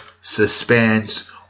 suspense